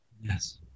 yes